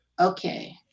Okay